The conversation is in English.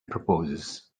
proposes